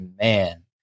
man